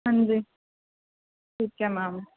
ਹਾਂਜੀ ਠੀਕ ਹੈ ਮੈਮ